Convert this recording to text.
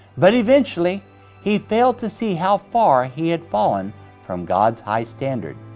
but eventually he failed to see how far he had fallen from god's high standard.